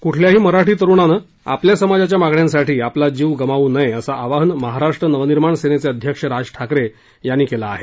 कुठल्याही मराठी तरुणानं आपल्या समाजाच्या मागण्यांसाठी आपला जीव गमावू नये असं आवाहन महाराष्ट्र नव निर्माण सेनेचे अध्यक्ष राज ठाकरे यांनी केलं आहे